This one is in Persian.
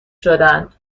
شدند